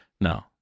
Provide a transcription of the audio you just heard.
No